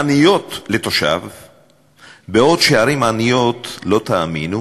לעתים אנשים שלא כל כך אוהבים את שנינו,